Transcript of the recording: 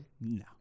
No